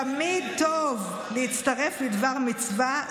תמיד טוב להצטרף לדבר מצווה,